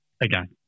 again